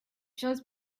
just